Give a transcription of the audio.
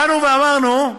באנו ואמרנו: